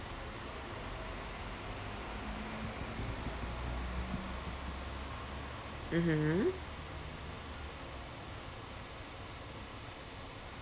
mmhmm